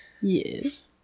Yes